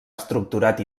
estructurat